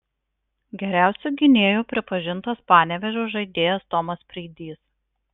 geriausiu gynėju pripažintas panevėžio žaidėjas tomas preidys